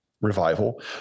revival